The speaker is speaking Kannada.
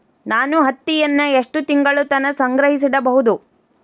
ನಾನು ಹತ್ತಿಯನ್ನ ಎಷ್ಟು ತಿಂಗಳತನ ಸಂಗ್ರಹಿಸಿಡಬಹುದು?